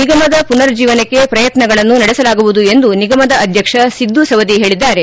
ನಿಗಮದ ಪುನರ್ಜೀವನಕ್ಕೆ ಪ್ರಯತ್ನಗಳನ್ನು ನಡೆಸಲಾಗುವುದು ಎಂದು ನಿಗಮದ ಅಧ್ಯಕ್ಷ ಸಿದ್ದು ಸವದಿ ಹೇಳಿದ್ದಾರೆ